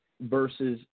versus